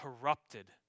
corrupted